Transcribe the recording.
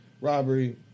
robbery